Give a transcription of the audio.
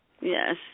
Yes